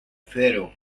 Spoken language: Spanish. cero